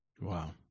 Wow